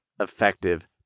effective